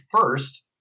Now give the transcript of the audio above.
first